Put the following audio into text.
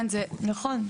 נכון.